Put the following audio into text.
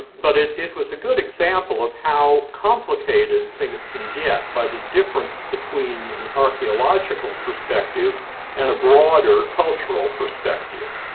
but it it was a good example of how complicated things can get by the difference between an archaeological perspective and a broader cultural perspective.